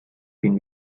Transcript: fin